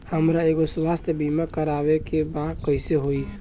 हमरा एगो स्वास्थ्य बीमा करवाए के बा कइसे होई?